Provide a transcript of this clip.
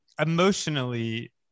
emotionally